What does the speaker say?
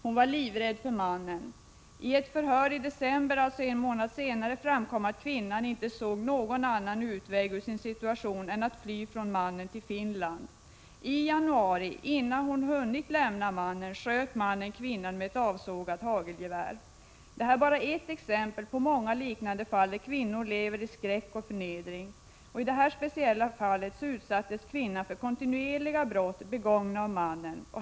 Hon var livrädd för mannen. I ett förhör i december, alltså en månad senare, framkom att kvinnan inte såg någon annan utväg ur sin situation än att fly från mannen till Finland. I januari, innan hon hade hunnit lämna mannen, sköt mannen kvinnan med ett avsågat hagelgevär. Detta är bara ett exempel på många liknande fall när kvinnor lever i skräck och förnedring. I det här speciella fallet utsattes kvinnan för kontinuerliga brott begångna av mannen.